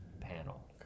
panel